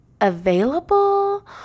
available